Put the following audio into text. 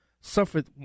suffered